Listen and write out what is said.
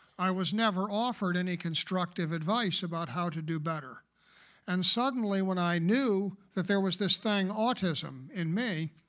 i was never offered any constructive advice about how to do that better and sudden ly when i knew that there was this thing autism in me,